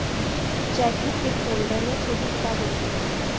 chequebook एक folder या छोटी किताब होती है